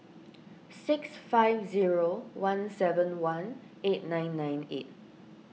six five zero one seven one eight nine nine eight